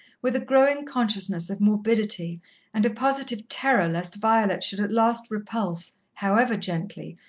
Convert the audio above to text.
with a growing consciousness of morbidity and a positive terror lest violet should at last repulse, however gently,